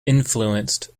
influenced